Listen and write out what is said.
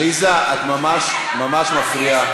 עליזה, את ממש מפריעה.